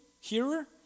hearer